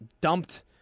dumped